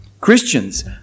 Christians